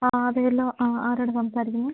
ആ അതേ അല്ലോ ആ ആരാണ് സംസാരിക്കുന്നത്